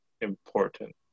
important